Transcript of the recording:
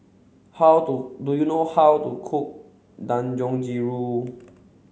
how to do you know how to cook Dangojiru